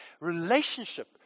relationship